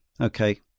okay